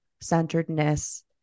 centeredness